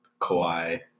Kawhi